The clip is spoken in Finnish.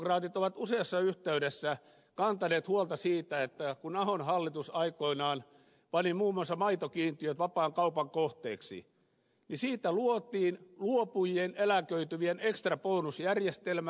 sosialidemokraatit ovat useassa yhteydessä kantaneet huolta siitä että kun ahon hallitus aikoinaan pani muun muassa maitokiintiöt vapaan kaupan kohteeksi niin siitä luotiin luopujien eläköityvien ekstrabonusjärjestelmä